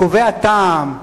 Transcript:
קובעי הטעם,